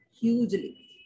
hugely